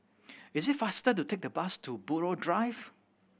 is it faster to take the bus to Buroh Drive